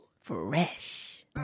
Fresh